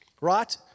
right